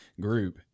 group